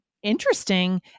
interesting